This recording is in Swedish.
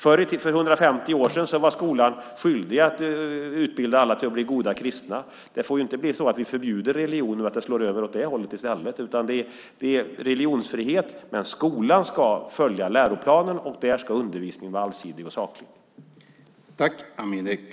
För 150 år sedan var skolan skyldig att utbilda alla till att bli goda kristna. Det får inte bli så att det slår över till att vi förbjuder religionen. Det är fråga om religionsfrihet, men skolan ska följa läroplanen. Där ska undervisningen vara allsidig och saklig.